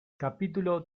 capítulo